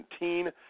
2017